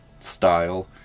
style